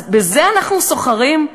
אז בזה אנחנו סוחרים?